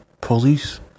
police